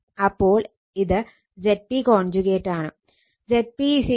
അപ്പോൾ ഇത് Zp ആണ്